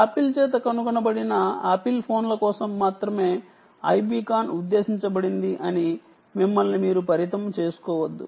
apple చేత కనుగొనబడిన Apple ఫోన్ల కోసం మాత్రమే ఐబీకాన్ ఉద్దేశించబడింది అని మిమ్మల్ని మీరు పరిమితం చేసుకోవద్దు